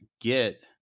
get